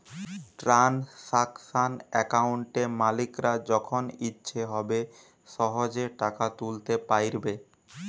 transaction অ্যাকাউন্টে মালিকরা যখন ইচ্ছে হবে সহেজে টাকা তুলতে পাইরবে